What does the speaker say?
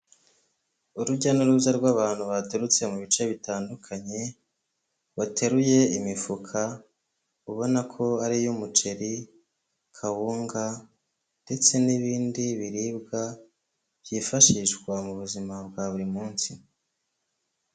Urujya n'uruza rw'abantu baturutse mu bice bitandukanye, bateruye imifuka, ubona ko ari iy'umuceri, kawunga ndetse n'ibindi biribwa byifashishwa mu buzima bwa buri munsi.